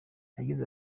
yagize